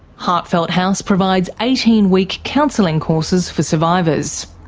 heartfelt house provides eighteen week counselling courses for survivors.